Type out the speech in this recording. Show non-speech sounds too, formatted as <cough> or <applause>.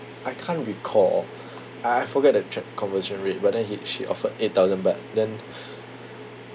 I can't recall I I forget the tra~ conversion rate but then he she offered eight thousand baht then <breath>